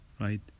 right